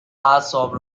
اعصاب